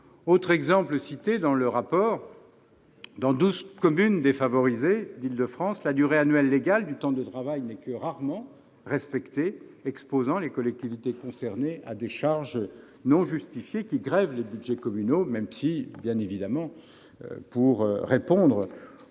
Autre exemple cité dans le rapport : dans douze communes défavorisées d'Île-de-France, la durée annuelle légale du temps de travail n'est que rarement respectée, exposant les collectivités concernées à des charges non justifiées qui grèvent les budgets communaux, même si, bien évidemment, pour répondre aux